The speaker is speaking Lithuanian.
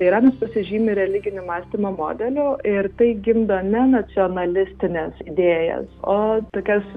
iranas pasižymi religiniu mąstymo modeliu ir tai gimdo ne nacionalistines idėjas o tokias